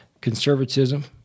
conservatism